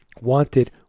wanted